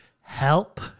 help